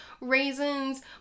raisins